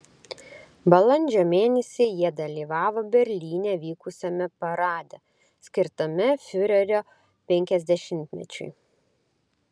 balandžio mėnesį jie dalyvavo berlyne vykusiame parade skirtame fiurerio penkiasdešimtmečiui